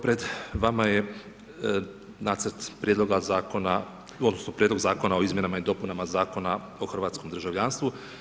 Pred vama je nacrt Prijedloga zakona, odnosno, Prijedlog Zakona o izmjenama i dopunama Zakona o hrvatskom državljanstvu.